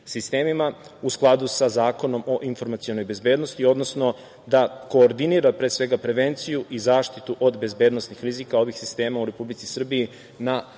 u skladu sa Zakonom o informacionoj bezbednosti, odnosno da koordinira pre svega prevenciju i zaštitu od bezbednosnih rizika ovih sistema u Republici Srbiji na